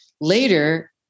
later